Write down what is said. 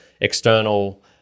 external